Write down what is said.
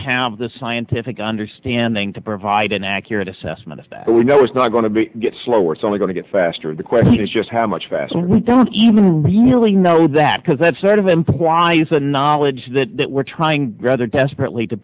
have the scientific understanding to provide an accurate assessment that we know is not going to be slower it's only going to get faster the question is just how much faster we don't even really know that because that sort of implies the knowledge that we're trying rather desperately to